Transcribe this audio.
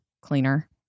cleaner